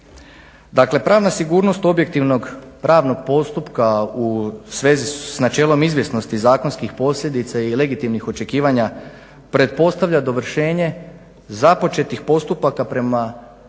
Dakle, pravna sigurnost objektivnog pravnog postupka u svezi s načelom izvjesnosti zakonskih posljedica i legitimnih očekivanja pretpostavlja dovršenje započetih postupaka prema